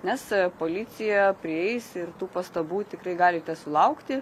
nes policija prieis ir tų pastabų tikrai galite sulaukti